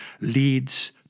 leads